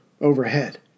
overhead